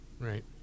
Right